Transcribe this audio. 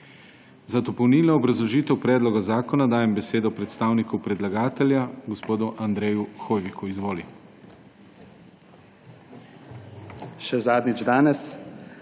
Za dopolnilno obrazložitev predloga zakona dajem besedo predstavniku predlagatelja gospodu Andreju Hoiviku. Izvoli.